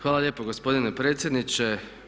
Hvala lijepa gospodine predsjedniče.